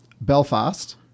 Belfast